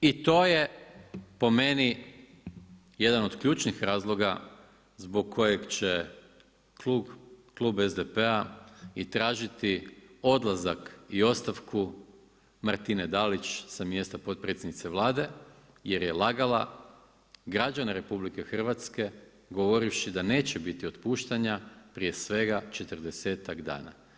I to je po meni jedan od ključnih razloga zbog kojeg će klub SDP-a i tražiti odlazak i ostavku Martine Dalić sa mjesta potpredsjednice Vlade jer je lagala građane RH govorivši da neće biti otpuštanja prije svega četrdesetak dana.